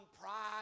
pride